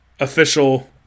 Official